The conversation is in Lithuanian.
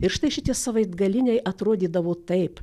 ir štai šitie savaitgaliniai atrodydavo taip